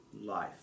life